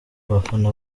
abafana